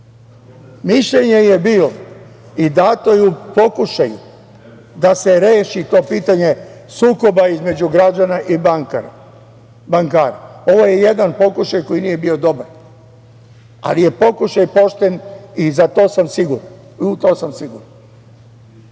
Mišljenje je bilo i dato je u pokušaju da se reši to pitanje sukoba između građana i bankara. Ovo je jedan pokušaj koji nije bio dobar, ali je pokušaj pošten i u tom sam siguran. Nije to bila